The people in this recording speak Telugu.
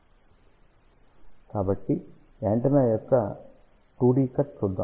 కాబట్టి యాంటెన్నా యొక్క 2 D కట్ చూద్దాం